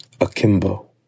Akimbo